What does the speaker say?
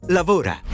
lavora